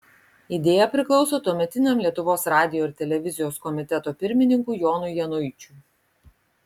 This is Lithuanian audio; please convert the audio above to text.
idėja priklauso tuometiniam lietuvos radijo ir televizijos komiteto pirmininkui jonui januičiui